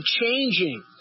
changing